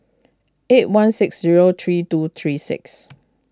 eight one six zero three two three six